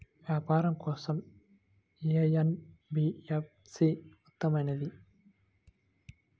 వ్యాపారం కోసం ఏ ఎన్.బీ.ఎఫ్.సి ఉత్తమమైనది?